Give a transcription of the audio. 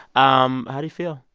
um how do you feel?